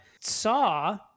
saw